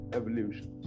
evolution